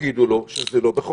ותגידו לו שזה לא בכוחכם.